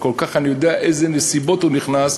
וכל כך אני יודע באילו נסיבות הוא נכנס,